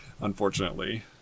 unfortunately